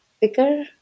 picker